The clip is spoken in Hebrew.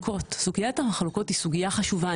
סוגיית המחלוקות היא סוגייה חשובה,